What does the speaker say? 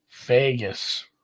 Vegas